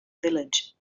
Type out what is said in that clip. village